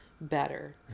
better